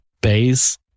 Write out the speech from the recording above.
base